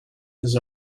his